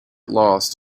lost